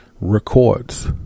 records